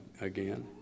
again